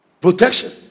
Protection